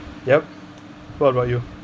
yup what about you